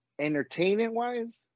Entertainment-wise